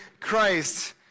Christ